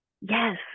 yes